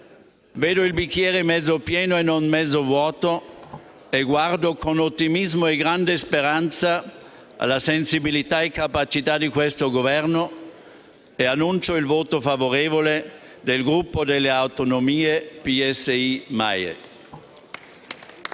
Vedo il bicchiere mezzo pieno e non mezzo vuoto, guardo con ottimismo e grande speranza alla sensibilità e capacità di questo Governo e dichiaro il voto favorevole del Gruppo Per le Autonomie-PSI-MAIE.